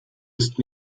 ist